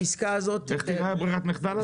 איך תראה ברירת המחדל הזאת?